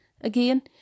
again